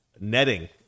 netting